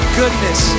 goodness